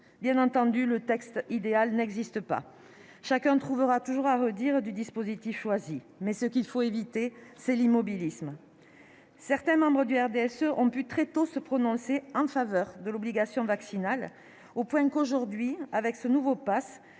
Bien entendu, le texte idéal n'existe pas et chacun trouvera toujours à redire sur le dispositif choisi. Ce qu'il faut éviter, c'est l'immobilisme. Certains membres du groupe du RDSE se sont très tôt prononcés en faveur de l'obligation vaccinale au point qu'aujourd'hui, avec ce nouveau passe,